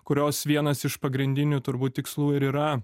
kurios vienas iš pagrindinių turbūt tikslų ir yra